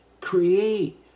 Create